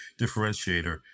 differentiator